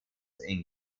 inc